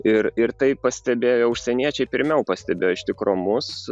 ir ir tai pastebėję užsieniečiai pirmiau pastebėjo iš tikro mus